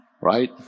right